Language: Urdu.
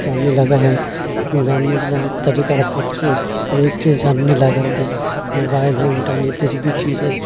جاننے لگا ہے جاننے لگا ہے طریقہ سب چیز ہر ایک چیز جاننے لغا ہے موبائل ہو انٹرنیٹ بھی چیز ہو